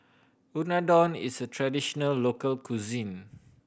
unadon is a traditional local cuisine